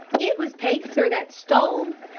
it was pacer that stole.